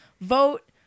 vote